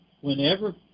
whenever